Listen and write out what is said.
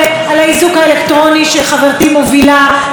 וחברת הכנסת עאידה תומא סלימאן,